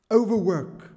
overwork